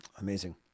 Amazing